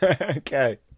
Okay